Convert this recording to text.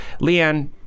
Leanne